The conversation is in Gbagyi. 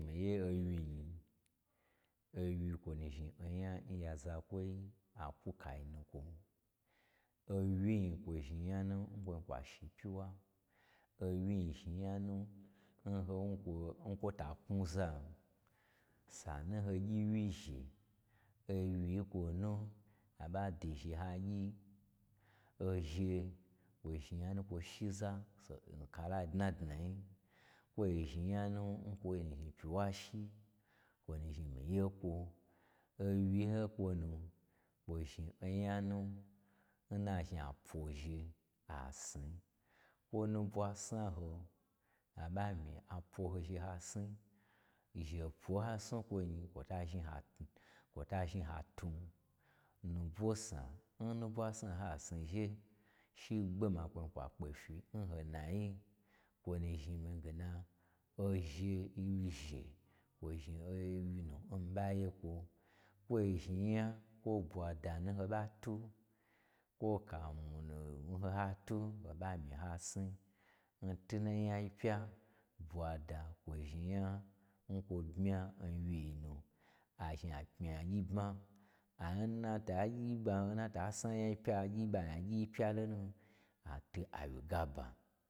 Miye nwyi-i nyi, owyi kwo nu zhni onya n ya zakwoi akwuka ai nukwo’ owyi-i nyin, kwo zhni nyanu nkwo zni kwa shi npyiwa, owyi-i nyin, kwo zhni nyana nkwo zhni kwa shi npyiwa, owyi-i zhni nyanu nho-n kwo ta knwu zan sanu n ho gyi wyizhe, owyi-i n kwonu aɓa dwuzhe hagyi, ozhe kwo zhni nyanun kwo shiza so-n kala dna dnayi, kwo zhni nyanu n kwoi zhni pyiwa shi-i, kwonu zhni mii ye kwo owyi yi hokwonu kwo zhni onya nu nna zhni a pwozhe asni, kwo nubwo snaho, a ɓa myi a pwo ho zhe ha sni, zhe pwon ha sni kwonyi kwo ta zhni ha tni-kwo ta zhni ha twun. Mubwo sna, n nubwasna ho ha sni zhe, shigbe nu, kwoin kwa kpefyi n to nayi, bwo nu zhni mii gena, ozhe, owyi zhe, kwo zhni owyinu n mii ɓa yekwo kwo zhni nya, kwo bwa da nun ho ɓa twu kwo kamwu nu nha twu, ho ɓa myi ha sni, n twu n nyao yi pya, bwada, kwo zhni nyan kwo bmyan wyi-i nu azhni apmi nyagyi bma a-n nata gyi ɓwa nnata sni anya yi pya asni ɓa n nyagyi pya lonu, ka twu awyigaba.